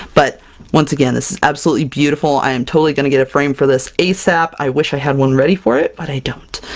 but once again, this is absolutely beautiful! i am totally going to get a frame for this asap! i wish i had one ready for it, but i don't.